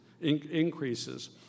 increases